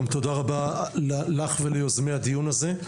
גם תודה רבה לך וליוזמי הדיון הזה.